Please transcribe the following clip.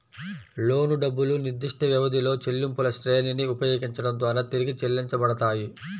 లోను డబ్బులు నిర్దిష్టవ్యవధిలో చెల్లింపులశ్రేణిని ఉపయోగించడం ద్వారా తిరిగి చెల్లించబడతాయి